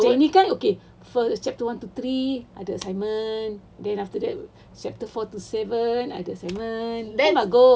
macam ni kan okay first chapter one to three ada assignment then after that chapter four to seven ada assignment then bagus